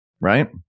right